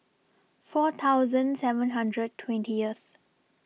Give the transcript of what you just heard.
four thousand seven hundred twentieth